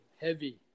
heavy